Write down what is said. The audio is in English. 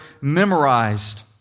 memorized